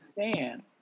understand